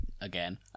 Again